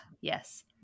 yes